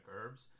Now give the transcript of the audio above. herbs